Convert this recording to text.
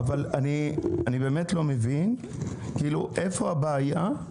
אני באמת לא מבין איפה הבעיה.